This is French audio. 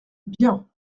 bien